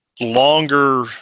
longer